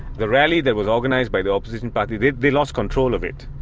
the rally that was organised by the opposition party, they they lost control of it.